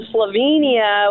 Slovenia